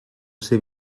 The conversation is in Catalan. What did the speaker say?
ser